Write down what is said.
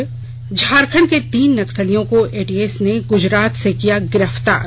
और झारखंड के तीन नक्सलियों को एटीएस ने गुजरात से किया गिरफ्तार